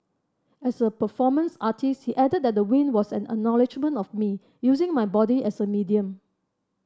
as a performance artist he added that the win was an acknowledgement of me using my body as a medium